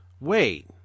Wait